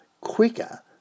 quicker